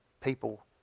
people